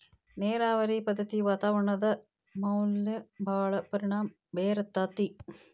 ನೇರಾವರಿ ಪದ್ದತಿ ವಾತಾವರಣದ ಮ್ಯಾಲ ಭಾಳ ಪರಿಣಾಮಾ ಬೇರತತಿ